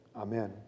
Amen